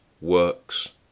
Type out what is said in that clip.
works